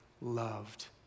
loved